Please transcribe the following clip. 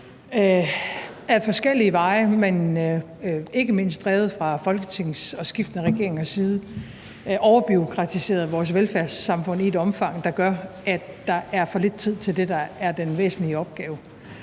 ad forskellige veje, men ikke mindst drevet af Folketinget og skiftende regeringer overbureaukratiseret vores velfærdssamfund i et omfang, der gør, at der er for lidt tid til det, der er den væsentlige opgave.